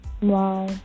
Wow